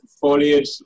foliage